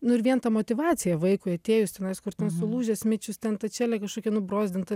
nu ir vien ta motyvacija vaikui atėjus tenais kur ten sulūžęs smičius ten ta čelė kažkokia nubrozdinta